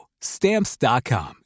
Stamps.com